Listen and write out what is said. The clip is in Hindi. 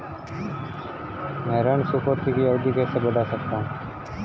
मैं ऋण चुकौती की अवधि कैसे बढ़ा सकता हूं?